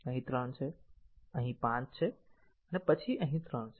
અહીં 3 છે અને અહીં 5 છે અને પછી અહીં 3 છે